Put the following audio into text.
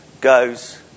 goes